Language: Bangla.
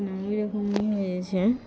নিয়েছেন